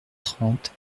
trente